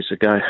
ago